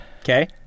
okay